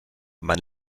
man